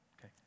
Okay